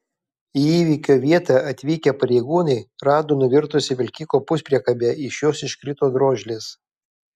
į įvykio vietą atvykę pareigūnai rado nuvirtusią vilkiko puspriekabę iš jos iškrito drožlės